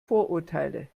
vorurteile